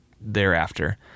thereafter